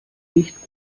nicht